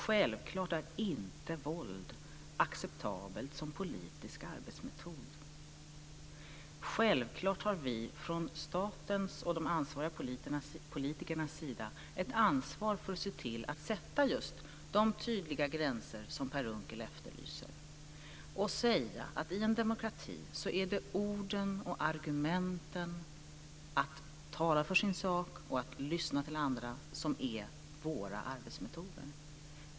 Självklart är inte våld acceptabelt som politisk arbetsmetod. Självklart har vi från statens och de ansvariga politikernas sida ett ansvar för att se till att sätta just de tydliga gränser som Per Unckel efterlyser och säga att det i en demokrati är orden och argumenten, att tala för sin sak och att lyssna till andra, som är våra arbetsmetoder.